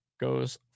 goes